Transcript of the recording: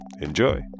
Enjoy